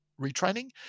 retraining